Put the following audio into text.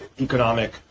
economic